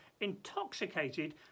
intoxicated